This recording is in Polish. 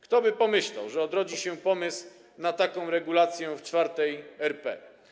Kto by pomyślał, że odrodzi się pomysł na taką regulację w IV RP?